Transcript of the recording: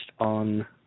on